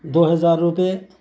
دو ہزار روپئے